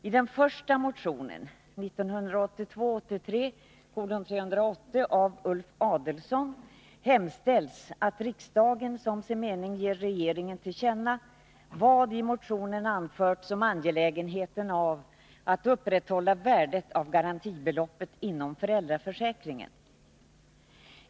I den första motionen, 1982/ 83:380 av Ulf Adelsohn m.fl., hemställs att riksdagen som sin mening ger regeringen till känna vad i motionen anförts om angelägenheten av att upprätthålla värdet av garantibeloppet inom föräldraförsäkringen.